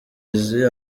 izi